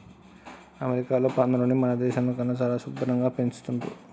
అమెరికాలో పందులని మన దేశంలో కన్నా చానా శుభ్భరంగా పెంచుతున్రు